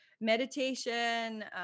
meditation